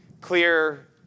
Clear